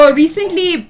recently